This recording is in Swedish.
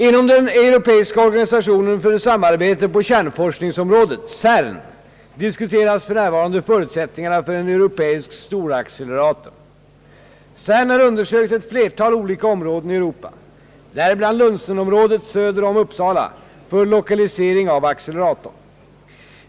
Inom den europeiska organisationen för samarbete på kärnforskningsområdet, CERN, diskuteras f.n. förutsättningarna för en europeisk storaccelerator. CERN har undersökt ett flertal olika områden i Europa, däribland Lunsenområdet söder om Uppsala, för lokalisering av acceleratorn.